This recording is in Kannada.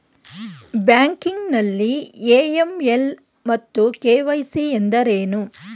ಬ್ಯಾಂಕಿಂಗ್ ನಲ್ಲಿ ಎ.ಎಂ.ಎಲ್ ಮತ್ತು ಕೆ.ವೈ.ಸಿ ಎಂದರೇನು?